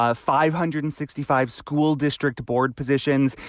ah five hundred and sixty five school district board positions.